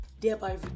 thereby